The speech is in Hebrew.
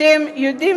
אתם יודעים